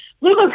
Lulu